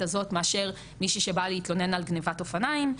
הזאת מאשר מישהי שבאה להתלונן על גניבת אופניים.